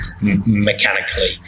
mechanically